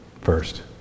first